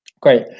Great